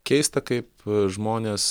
keista kaip žmonės